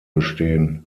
bestehen